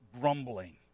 grumbling